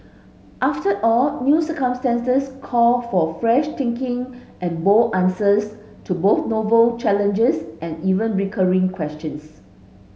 after all new circumstances call for fresh thinking and bold answers to both novel challenges and even recurring questions